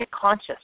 conscious